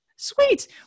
Sweet